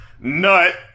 Nut